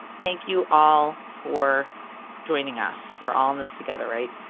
thank you all for joining us. we are all in this together right.